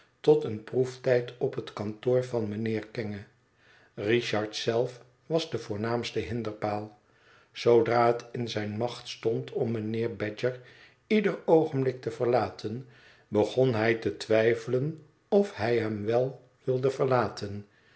tot een proeftijd op het kantoor van mijnheer kenge richard zelf was de voornaamste hinderpaal zoodra het in zijne macht stond om mijnheer badger ieder oogenblik te verlaten begon hij te twijfelen of hij hem wel wilde verlaten